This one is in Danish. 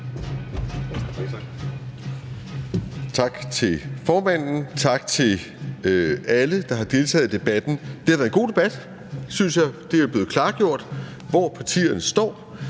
Tak til formanden. Tak til alle, der har deltaget i debatten. Det har været en god debat, synes jeg. Det er blevet klargjort, hvor partierne står,